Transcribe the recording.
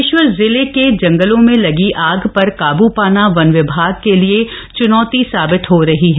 बागेश्वर धंध बागेश्वर जिले के जंगलों में लगी आग पर काब् पाना वन विभाग के लिए चुनौती साबित हो रही है